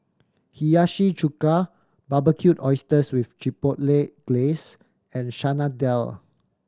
Hiyashi Chuka Barbecued Oysters with Chipotle Glaze and Chana Dal